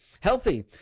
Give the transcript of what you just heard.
Healthy